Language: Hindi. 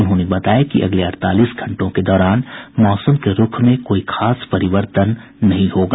उन्होंने बताया कि अगले अड़तालीस घंटों के दौरान मौसम के रूख में कोई खास परिवर्तन नहीं होगा